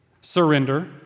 surrender